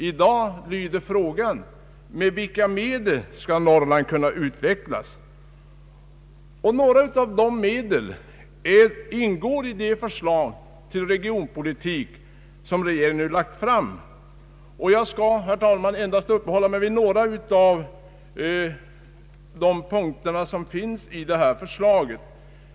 I dag lyder frågan: Med vilka medel skall Norrland utvecklas?” Några av dessa medel ingår i det förslag till regionpolitik som regeringen nu lagt fram. Jag skall, herr talman, endast uppehålla mig vid några av de punkter som finns i detta förslag.